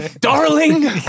darling